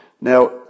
Now